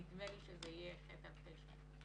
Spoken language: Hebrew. נדמה לי שזה יהיה חטא על פשע.